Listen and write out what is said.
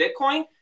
Bitcoin